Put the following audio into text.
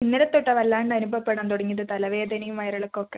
ഇന്നലെതൊട്ടാണ് വല്ലാണ്ട് അനുഭവപ്പെടാൻ തുടങ്ങിയത് തലവേദനയും വയറിളക്കവും ഒക്കെ